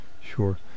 Sure